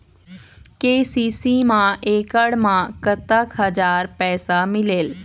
KCC मा एकड़ मा कतक हजार पैसा मिलेल?